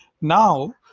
Now